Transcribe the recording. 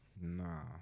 Nah